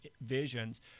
visions